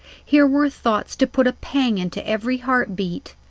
here were thoughts to put a pang into every heart-beat,